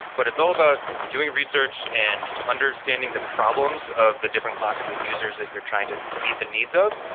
but it's all about doing research and understanding the problems of the different classes of users that you're trying to meet the needs of.